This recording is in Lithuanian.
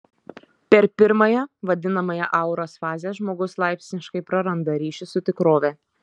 per pirmąją vadinamąją auros fazę žmogus laipsniškai praranda ryšį su tikrove